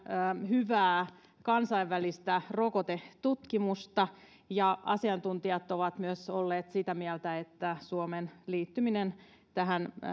hyvää kansainvälistä rokotetutkimusta ja asiantuntijat ovat myös olleet sitä mieltä että suomen liittyminen tähän